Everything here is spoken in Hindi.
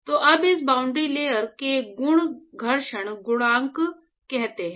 तो अब इस बाउंड्री लेयर के गुण घर्षण गुणांक कहलाते हैं